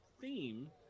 theme